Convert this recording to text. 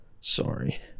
sorry